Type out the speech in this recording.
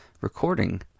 Recording